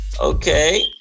Okay